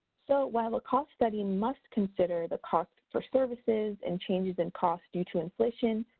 so, while the cost study must consider the costs for services and changes in costs due to inflation,